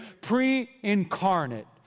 pre-incarnate